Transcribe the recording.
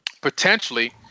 potentially